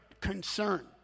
concern